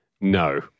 No